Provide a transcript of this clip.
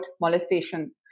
molestation